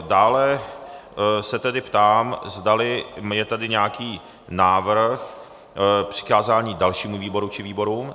Dále se tedy ptám, zdali je tady nějaký návrh přikázání dalšímu výboru či výborům.